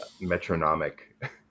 metronomic